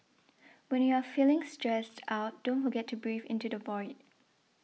when you are feeling stressed out don't forget to breathe into the void